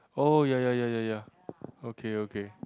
oh ya ya ya ya ya okay okay